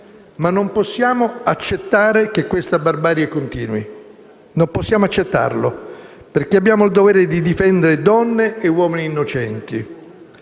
ma non possiamo accettare che questa barbarie continui; non possiamo accettarlo perché abbiamo il dovere di difendere donne e uomini innocenti.